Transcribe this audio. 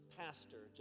pastor